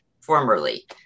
formerly